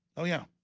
oh, yeah